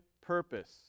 purpose